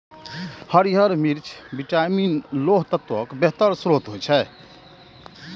हरियर मिर्च विटामिन, लौह तत्वक बेहतर स्रोत होइ छै